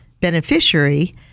beneficiary